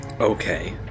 Okay